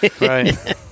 Right